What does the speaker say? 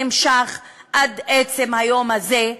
שנמשך עד עצם היום הזה,